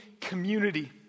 community